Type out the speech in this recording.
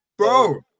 Bro